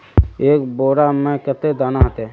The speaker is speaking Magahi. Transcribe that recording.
एक बोड़ा में कते दाना ऐते?